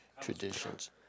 Traditions